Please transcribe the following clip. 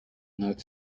note